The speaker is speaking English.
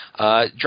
Drop